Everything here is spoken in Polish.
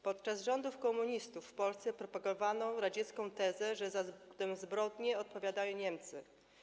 Podczas rządów komunistów w Polsce propagowano radziecką tezę, że za tę zbrodnię odpowiadają Niemcy.